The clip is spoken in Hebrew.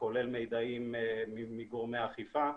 כולל מידעים מגורמי האכיפה,